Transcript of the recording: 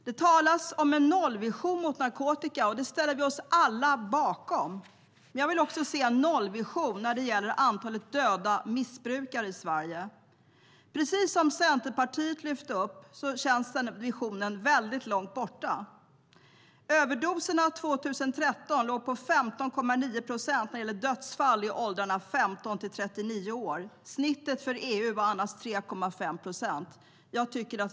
Det talas om en nollvision mot narkotika, och det ställer vi oss alla bakom. Men jag vill också se en nollvision när det gäller antalet döda missbrukare i Sverige. Precis som Centerpartiet lyfte upp känns den visionen väldigt långt borta. År 2013 låg överdoserna på 15,9 procent när det gäller dödsfall i åldrarna 15 till 39 år. Snittet för EU var 3,5 procent.